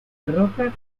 barroca